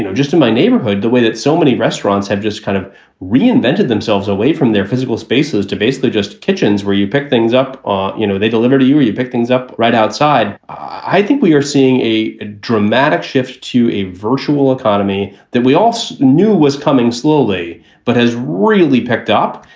you know just in my neighborhood, the way that so many restaurants have just kind of reinvented themselves away from their physical spaces to basically just kitchens where you pick things up, ah you know, they deliver to you or you pick things up right outside. i think we are seeing a dramatic shift to a virtual economy that we all so knew was coming slowly but has really picked up.